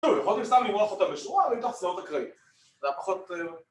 שוב, יכולתי סתם למרוח אותה בשורה, אבל היא תחסום אקראית. זה היה פחות...